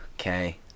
Okay